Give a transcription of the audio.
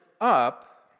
up